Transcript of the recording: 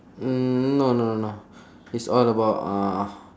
mm no no no no it's all about uh